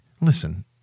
listen